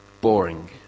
boring